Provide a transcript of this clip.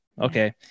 Okay